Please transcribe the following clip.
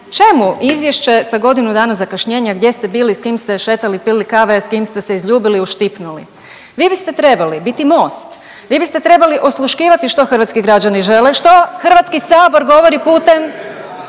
čemu izvješće sa godinu dana zakašnjenja gdje ste bili, s kim ste šetali, pili kave, s kim ste se izljubili, uštipnuli? Vi biste trebali biti most, vi biste trebali osluškivati što hrvatski građani žele, što Hrvatski sabor govori putem